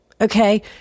Okay